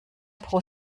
pro